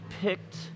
picked